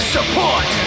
Support